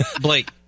Blake